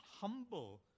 humble